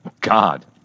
God